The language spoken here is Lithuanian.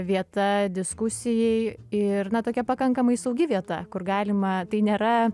vieta diskusijai ir na tokia pakankamai saugi vieta kur galima tai nėra